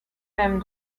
mêmes